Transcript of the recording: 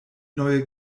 neue